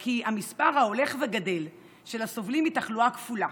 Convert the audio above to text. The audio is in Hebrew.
כי המספר ההולך וגדל של הסובלים מתחלואה כפולה